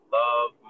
love